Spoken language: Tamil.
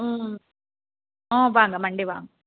ம் ம் வாங்க மண்டே வாங்க